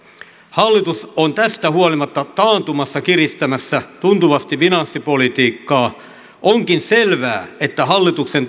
hallitus on tästä huolimatta taantumassa kiristämässä tuntuvasti finanssipolitiikkaa onkin selvää että hallituksen